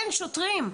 אין שוטרים.